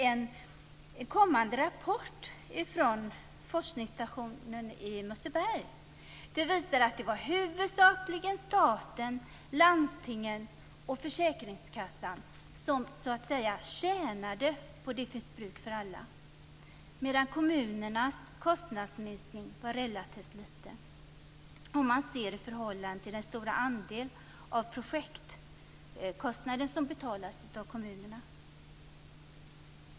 En rapport från forskningsstationen i Mösseberg visar att det var huvudsakligen staten, landstingen och försäkringskassan som tjänade på "Det finns bruk för alla", medan kommunernas kostnadsminskning var relativt liten sett i förhållande till den stora andel av projektkostnader som betalas av kommunerna.